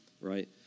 right